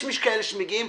יש כאלה שמגיעים,